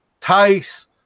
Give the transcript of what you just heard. Tice